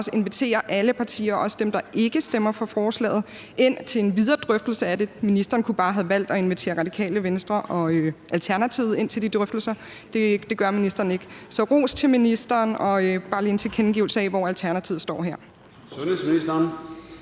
har inviteret alle partier – også dem, der ikke stemmer for forslaget – til en videre drøftelse af det. Ministeren kunne bare have valgt at invitere Radikale Venstre og Alternativet til de drøftelser. Det gør ministeren ikke. Så ros til ministeren og bare lige en tilkendegivelse af, hvor Alternativet står her.